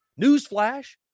Newsflash